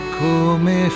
come